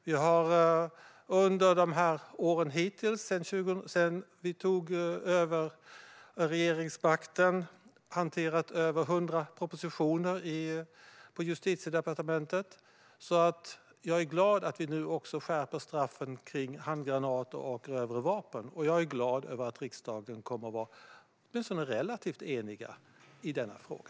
Vi har under åren hittills sedan vi tog över regeringsmakten hanterat över 100 propositionen på Justitiedepartementet. Jag är glad att vi nu också skärper straffen för handgranater och grövre vapen. Jag är glad över att riksdagen kommer att vara relativt enig i denna fråga.